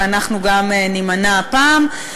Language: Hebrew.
ואנחנו נימנע גם הפעם.